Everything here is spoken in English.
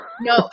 no